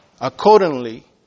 accordingly